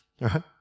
Right